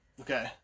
Okay